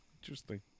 interesting